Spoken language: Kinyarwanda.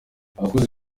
abakozi